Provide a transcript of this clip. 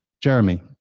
Jeremy